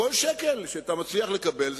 כל הכבוד על כל שקל שאתה מצליח לקבל,